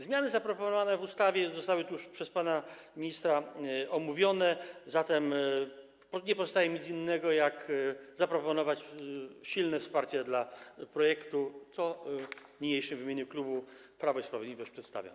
Zmiany zaproponowane w ustawie zostały już przez pana ministra omówione, zatem nie pozostaje mi nic innego, jak zaproponować silne wsparcie dla projektu, co niniejszym w imieniu klubu Prawo i Sprawiedliwość czynię.